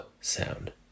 sound